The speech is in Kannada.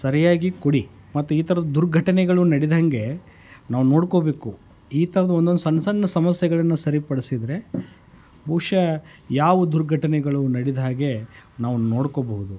ಸರಿಯಾಗಿ ಕೊಡಿ ಮತ್ತು ಈ ಥರದ ದುರ್ಘಟನೆಗಳು ನಡಿದಾಗೆ ನಾವು ನೋಡ್ಕೋಬೇಕು ಈ ಥರದ ಒಂದೊಂದು ಸಣ್ಣ ಸಣ್ಣ ಸಮಸ್ಯೆಗಳನ್ನು ಸರಿಪಡಿಸಿದ್ರೆ ಬಹುಶಃ ಯಾವ ದುರ್ಘಟನೆಗಳು ನಡೀದ ಹಾಗೆ ನಾವು ನೋಡ್ಕೋಬಹುದು